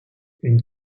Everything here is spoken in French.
une